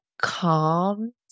calm